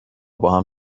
باهم